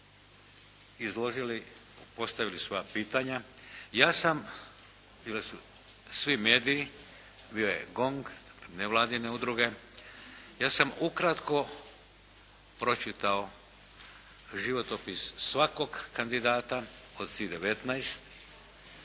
izložili i postavili svoja pitanja. Ja sam, bili su svi mediji. Bio je GONG, nevladine udruge. Ja sam ukratko pročitao životopis svakog kandidata od svih